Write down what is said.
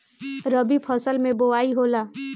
रबी फसल मे बोआई होला?